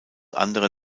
andere